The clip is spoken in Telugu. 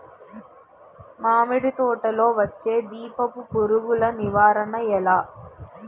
మామిడి తోటలో వచ్చే దీపపు పురుగుల నివారణ ఎలా?